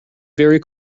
very